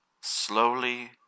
slowly